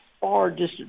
far-distant